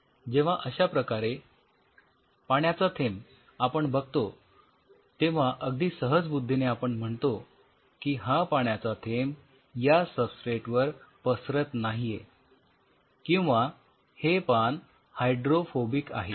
जेव्हा अश्या प्रकारे पाण्याचा थेंब आपण बघतो तेव्हा अगदी सह्जबुद्धीने आपण म्हणतो की हा पाण्याचा थेंब या सबस्ट्रेट वर पसरत नाहीये किंवा हे पान हायड्रोफोबिक आहे